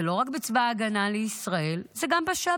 זה לא רק בצבא ההגנה לישראל, זה גם בשב"כ.